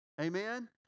Amen